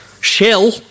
shell